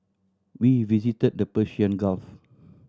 we visited the Persian Gulf